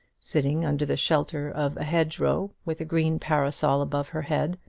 sitting under the shelter of a hedgerow, with a green parasol above her head,